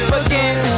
again